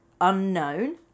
unknown